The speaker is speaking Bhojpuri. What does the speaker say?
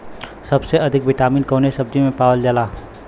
सबसे अधिक विटामिन कवने सब्जी में पावल जाला?